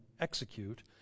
execute